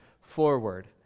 forward